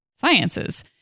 sciences